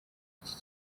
iki